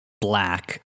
Black